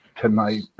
tonight